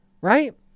right